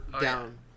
Down